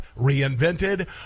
reinvented